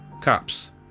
Cops